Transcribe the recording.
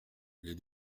les